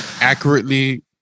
accurately